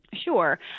sure